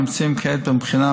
הנמצאים כעת בבחינה,